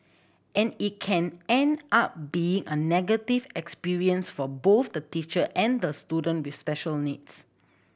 and it can end up being a negative experience for both the teacher and the student with special needs